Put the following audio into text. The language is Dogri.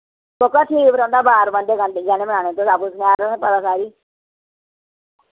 कोह्का ठीक रौंह्दा बार बंधे तुस आपूं सनैर ओ तुसें पता सारे